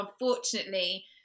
Unfortunately